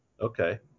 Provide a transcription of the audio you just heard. okay